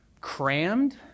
crammed